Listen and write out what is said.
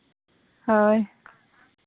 ᱦᱳᱭ